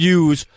use